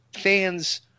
fans